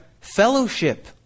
fellowship